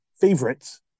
favorites